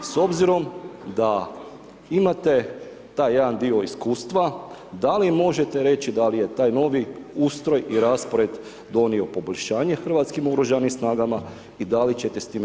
S obzirom da imate taj jedan dio iskustva, da li možete reći da li je taj novi ustroj i raspored donio poboljšanje hrvatskim oružanim snagama i da li ćete s time